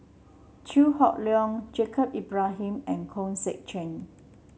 Chew Hock Leong Yaacob Ibrahim and Hong Sek Chern